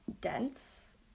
dense